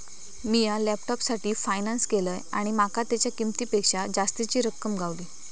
मिया लॅपटॉपसाठी फायनांस केलंय आणि माका तेच्या किंमतेपेक्षा जास्तीची रक्कम गावली